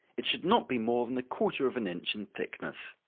it should not be more than a quarter of an inch in thickness.